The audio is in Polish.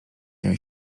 jej